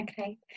Okay